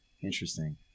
Interesting